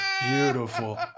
beautiful